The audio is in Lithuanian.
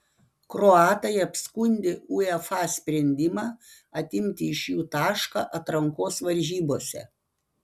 kroatai apskundė uefa sprendimą atimti iš jų tašką atrankos varžybose